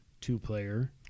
two-player